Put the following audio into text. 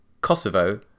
Kosovo